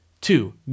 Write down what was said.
Two